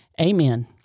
Amen